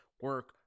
Work